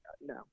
No